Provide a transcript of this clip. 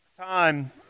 Time